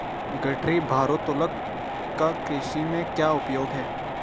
गठरी भारोत्तोलक का कृषि में क्या उपयोग है?